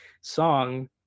song